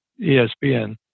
ESPN